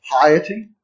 piety